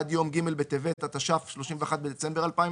עד יום ג' בטבת התש"ף (31 בדצמבר 2019)